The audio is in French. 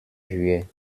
juillet